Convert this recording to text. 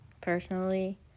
personally